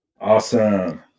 Awesome